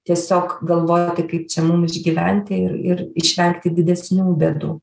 tiesiog galvoti kaip čia mum išgyventi ir ir išvengti didesnių bėdų